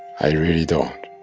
i really don't